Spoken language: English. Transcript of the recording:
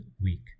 week